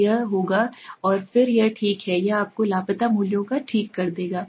तो यह होगा और फिर यह ठीक है यह आपको लापता मूल्यों को ठीक कर देगा